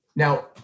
Now